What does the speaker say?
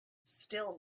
still